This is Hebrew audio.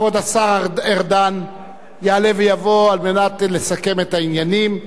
כבוד השר ארדן יעלה ויבוא כדי לסכם את העניינים,